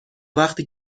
وقتی